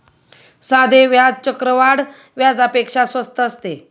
साधे व्याज चक्रवाढ व्याजापेक्षा स्वस्त असते